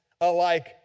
alike